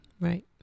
Right